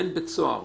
למעין בית סוהר.